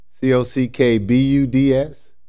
C-O-C-K-B-U-D-S